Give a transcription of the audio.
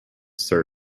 sir